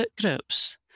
groups